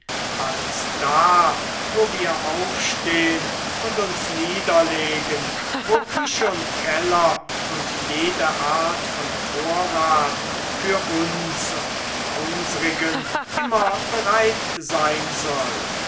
als da wo wir aufstehn und uns niederlegen wo küche und keller und jede art von vorrat für uns und die unsrigen immer bereit sein soll